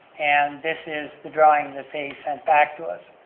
and this is the drawing that they sent back to us,